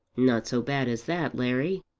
not so bad as that, larry.